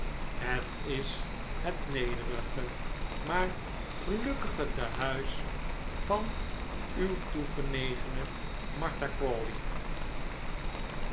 het is het nederige maar gelukkige tehuis van uw toegenegene martha